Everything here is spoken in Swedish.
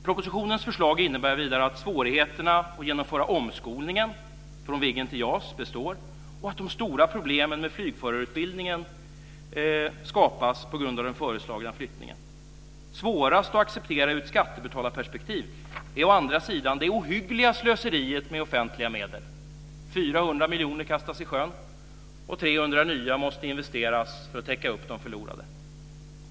Propositionens förslag innebär vidare att svårigheterna att genomföra omskolningen från Viggen till JAS består och att stora problem med flygförarutbildningen skapas på grund av den föreslagna flyttningen. Svårast att acceptera ur ett skattebetalarperspektiv är det ohyggliga slöseriet med offentliga medel. 400 miljoner kastas i sjön, och 300 nya måste investeras för att täcka upp de förlorade.